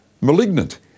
malignant